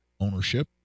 ownership